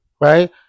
right